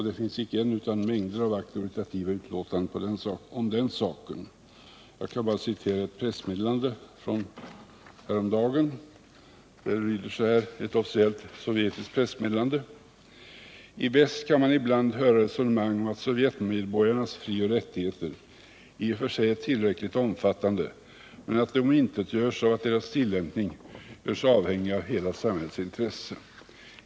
Det finns icke ett utan mängder av auktoritativa uttalanden om den saken. Jag skall bara citera ett officiellt sovjetiskt pressmeddelande som kom häromdagen. Det lyder: ”I väst kan man ibland höra resonemang om att sovjetmedborgarnas frioch rättigheter i och för sig är tillräckligt omfattande men att de omintetgörs av att deras tillämpning görs avhängig av hela samhällets intressen.